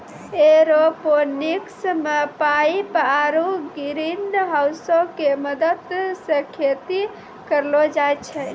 aeroponics मे pipe आरु ग्रीनहाउसो के मदत से खेती करलो जाय छै